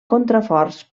contraforts